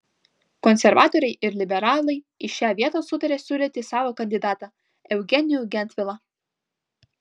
konservatoriai ir liberalai į šią vietą sutarė siūlyti savo kandidatą eugenijų gentvilą